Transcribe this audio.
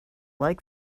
like